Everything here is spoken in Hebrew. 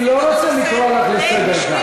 אני לא רוצה לקרוא אותך לסדר.